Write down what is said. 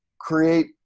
create